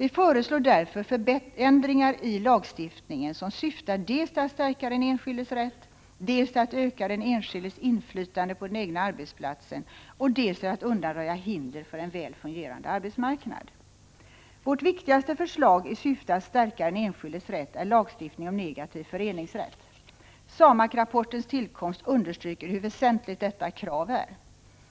Vi föreslår därför förändringar i lagstiftningen som syftar dels till att stärka den enskildes rätt, dels till att öka den enskildes inflytande på den egna arbetsplatsen och dels till att undanröja hinder för en väl fungerande arbetsmarknad. Vårt viktigaste förslag i syfte att stärka den enskildes rätt är lagstiftning om negativ föreningsrätt. SAMAK-rapportens tillkomst understryker hur väsentligt detta krav är.